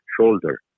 shoulder